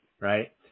Right